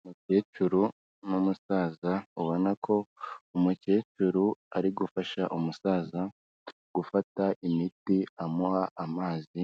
Umukecuru n'umusaza ubona ko umukecuru ari gufasha umusaza gufata imiti amuha amazi